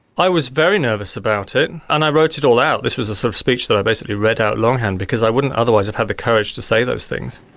i was very nervous about it, and i wrote it all out, this was a sort of speech that i basically read out long-hand, because i wouldn't otherwise have had the courage to say those things.